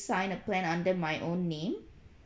sign a plan under my own name